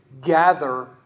gather